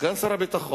סגן שר הביטחון